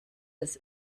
des